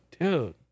dude